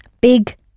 big